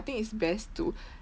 think it's best to